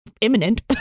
imminent